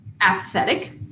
apathetic